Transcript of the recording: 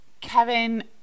Kevin